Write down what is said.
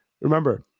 Remember